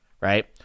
right